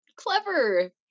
clever